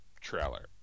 trailer